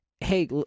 Hey